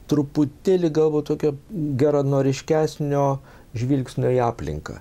truputėlį galbūt tokio geranoriškesnio žvilgsnio į aplinką